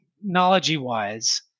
technology-wise